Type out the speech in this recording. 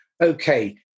Okay